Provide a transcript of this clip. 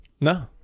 No